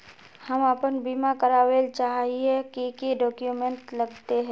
हम अपन बीमा करावेल चाहिए की की डक्यूमेंट्स लगते है?